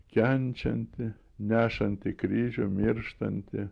kenčiantį nešantį kryžių mirštantį